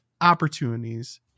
opportunities